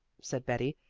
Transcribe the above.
said betty.